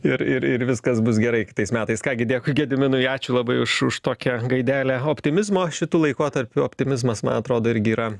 ir ir ir viskas bus gerai kitais metais ką gi dėkui gediminui ačiū labai už už tokią gaidelę optimizmo šitu laikotarpiu optimizmas man atrodo irgi yra